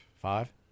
Five